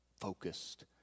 focused